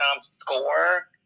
score